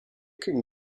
can